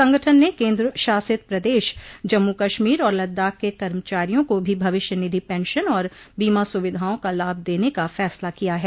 संगठन ने केंद्र शासित प्रदेश जम्मू कश्मीर और लद्दाख के कर्मचारियों को भी भविष्य निधि पेंशन और बीमा सुविधाओं का लाभ देने का फैसला किया है